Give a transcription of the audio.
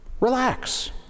Relax